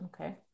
Okay